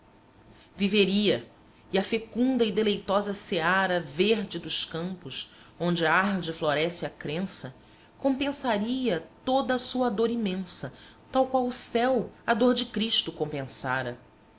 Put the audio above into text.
viveria e a fecunda e deleitosa seara verde dos campos onde arde e floresce a crença compensaria toda a sua dor imensa tal qual o céu a dor de cristo compensara